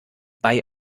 bei